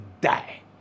die